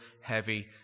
heavy